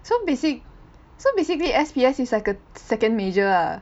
so basic~ so basically S_P_S is like a second major ah